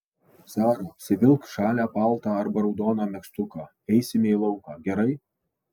sara apsivilk žalią paltą arba raudoną megztuką eisime į lauką gerai